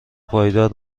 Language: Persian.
پایدار